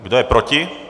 Kdo je proti?